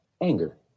anger